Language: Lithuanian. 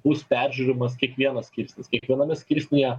bus peržiūrimas kiekvienas skirsnis kiekviename skirsnyje